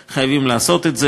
אבל חייבים לעשות את זה.